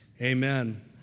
amen